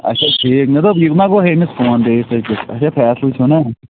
اچھا ٹھیٖک مےٚ دوٚپ یہِ ما گوٚو ۂمِس فون بیٚیِس أکِس اچھا فٮ۪صَل چھُو نا